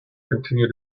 continue